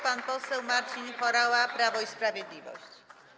Pan poseł Marcin Horała, Prawo i Sprawiedliwość.